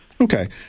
Okay